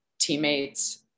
teammates